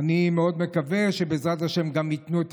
אני מאוד מקווה שבעזרת השם גם ייתנו את